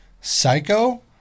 Psycho